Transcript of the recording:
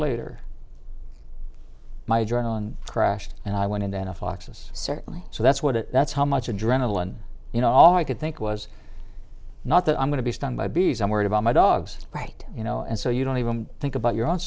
later my journal and crashed and i went into anaphylaxis certainly so that's what it that's how much adrenaline you know all i could think was not that i'm going to be stung by bees i'm worried about my dogs right you know and so you don't even think about your own